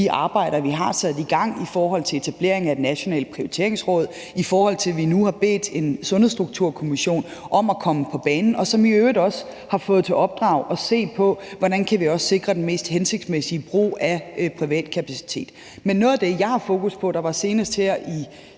arbejder, vi har sat i gang, f.eks. etablering af et nationalt prioriteringsråd, og vi har nu bedt Sundhedsstrukturkommissionen om at komme på banen, som i øvrigt også har fået i opdrag at se på, hvordan vi kan sikre den mest hensigtsmæssige brug af privat kapacitet. Noget af det, jeg har fokus på, og som der senest her i